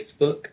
Facebook